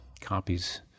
copies